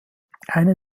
eine